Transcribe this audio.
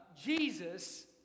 Jesus